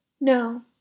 No